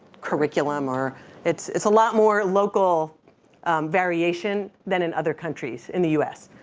curriculum or it's it's a lot more local variation than in other countries in the us.